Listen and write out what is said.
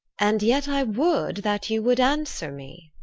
and yet i would that you would answer me